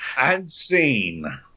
Unseen